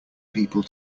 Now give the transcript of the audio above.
people